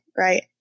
right